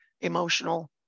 emotional